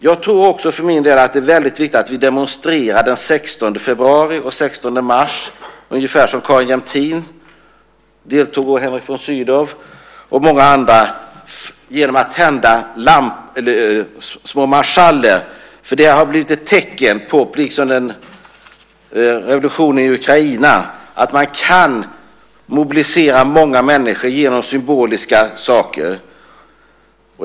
Jag tror också att det är väldigt viktigt att vi demonstrerar den 16 februari och den 16 mars på ungefär samma sätt Carin Jämtin, Henrik von Sydow och många andra har gjort genom att tända marschaller. Det har, liksom under revolutionen i Ukraina, blivit ett tecken på att man kan mobilisera många människor genom symboliska saker.